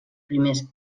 primers